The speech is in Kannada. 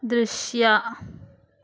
ದೃಶ್ಯ